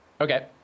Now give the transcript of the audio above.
Okay